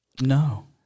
No